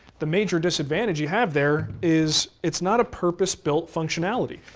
the major disadvantage you have there is it's not a purpose built functionality.